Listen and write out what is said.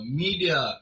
media